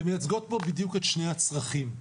אתן מייצגות פה את שני הצרכים.